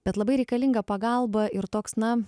bet labai reikalinga pagalba ir toks na